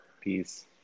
Peace